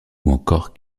encore